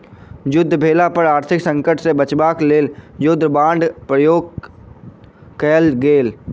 युद्ध भेला पर आर्थिक संकट सॅ बचाब क लेल युद्ध बांडक उपयोग कयल गेल